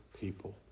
people